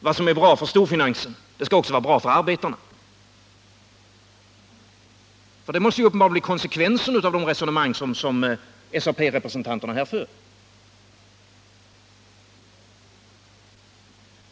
Vad som är bra för storfinansen skall också vara bra för arbetarna. Det måste ju uppenbarligen bli konsekvensen av det resonemang som SAP representanterna här för.